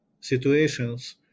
situations